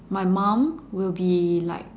my mom will be like